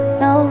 no